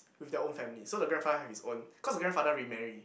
with their own family so the grandfather has his own cause the grandfather remarry